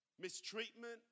mistreatment